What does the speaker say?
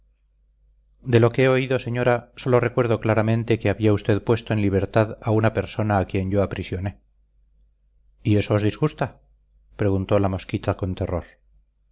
de lo que he oído señora sólo recuerdo claramente que había usted puesto en libertad a una persona a quien yo aprisioné y esto os disgusta preguntó la mosquita con terror